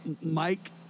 Mike